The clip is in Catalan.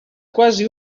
quasi